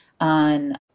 on